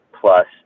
plus